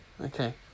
Okay